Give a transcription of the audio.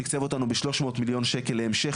תיקצב אותנו ב-300 מיליון שקל להמשך